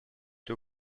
two